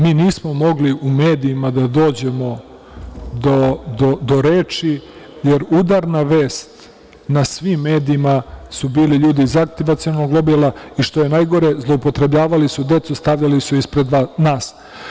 Mi nismo mogli u medijima da dođemo do reči, jer udarna vest na svim medijima su bili ljudi iz antivakcinalnog lobija i, što je najgore, zloupotrebljavali su decu i stavljali su ih ispred nas.